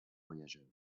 voyageurs